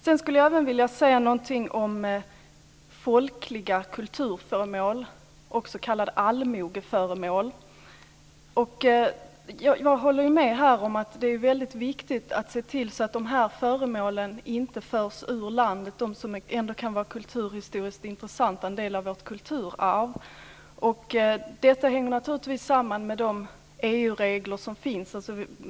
Jag skulle även vilja säga någonting om folkliga kulturföremål, också kallade allmogeföremål. Jag håller med om att det är väldigt viktigt att se till att de här föremålen inte förs ut ur landet. De kan vara kulturhistoriskt intressanta och är en del av vårt kulturarv. Detta hänger naturligtvis samman med de EU regler som finns.